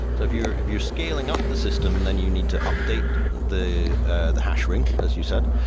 so if you're if you're scaling up the system, then you need to update the ah the hash ring, as you said,